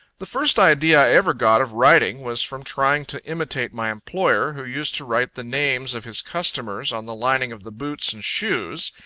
the first idea i ever got of writing, was from trying to imitate my employer, who used to write the names of his customers on the lining of the boots and shoes,